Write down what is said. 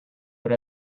but